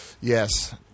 Yes